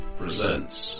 presents